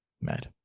Mad